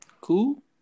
cool